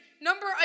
Number